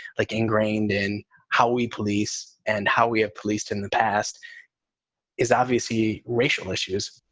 like ingrained in how we police and how we have policed in the past is obviously racial issues